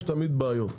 יש תמיד בעיות.